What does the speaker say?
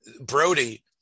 Brody